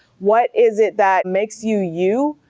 what is it that makes you you?